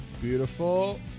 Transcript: Beautiful